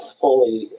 fully